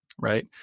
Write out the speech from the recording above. Right